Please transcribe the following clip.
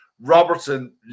Robertson